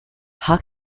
how